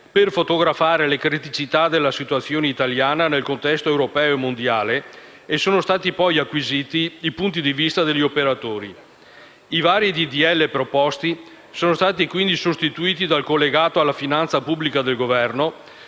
per fotografare le criticità della situazione italiana nel contesto europeo e mondiale, e sono stati poi acquisiti i punti di vista degli operatori. I vari disegni di legge proposti sono stati, quindi, sostituiti dal collegato alla finanza pubblica del Governo,